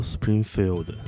Springfield